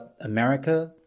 America